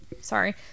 Sorry